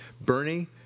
Bernie